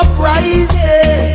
Uprising